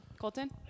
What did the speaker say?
Colton